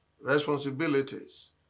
responsibilities